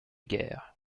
guerre